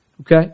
Okay